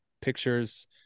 pictures